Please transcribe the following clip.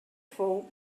fou